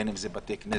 בין אם זה בתי כנסת,